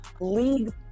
league